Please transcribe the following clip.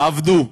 עבדו,